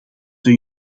een